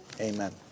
Amen